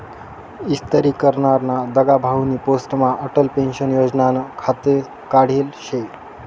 इस्तरी करनारा दगाभाउनी पोस्टमा अटल पेंशन योजनानं खातं काढेल शे